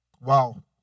Wow